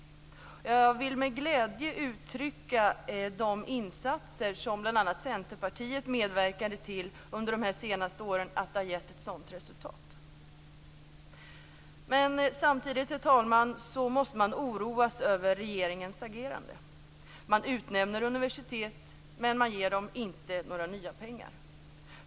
Jag vill med glädje uttrycka att de insatser som bl.a. Centerpartiet medverkat till de senaste åren har gett ett sådant resultat. Samtidigt, herr talman, måste man oroas över regeringens agerande. Man utnämner universitet, men man ger dem inte några nya pengar.